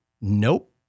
Nope